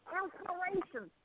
inspiration